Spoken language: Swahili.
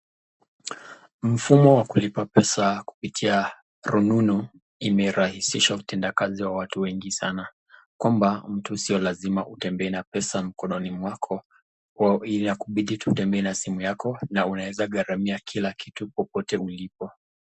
Mfumo wa kulipa pesa kupitia rununu imerahisisha utendakazi wa watu wengi sana kwamba mtu sio lazima utembee na pesa mkononi mwako inabidi tu utembee na simu yako na unaweza gharamia kila kitu popote ulipo.